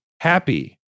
happy